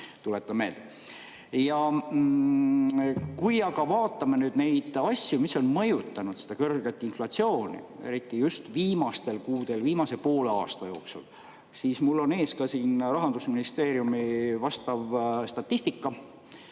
meelde. Aga vaatame neid asju, mis on mõjutanud seda kõrget inflatsiooni, eriti just viimastel kuudel, viimase poole aasta jooksul. Mul on ees ka Rahandusministeeriumi statistika.